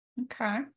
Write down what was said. okay